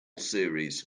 series